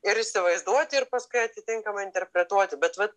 ir įsivaizduoti ir paskui atitinkamai interpretuoti bet vat